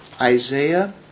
Isaiah